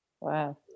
wow